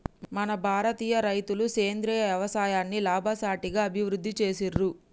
మన భారతీయ రైతులు సేంద్రీయ యవసాయాన్ని లాభసాటిగా అభివృద్ధి చేసిర్రు